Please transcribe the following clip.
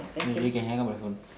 okay we can hang up the phone